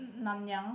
Nanyang